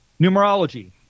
Numerology